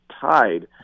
tied